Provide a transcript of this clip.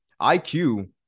IQ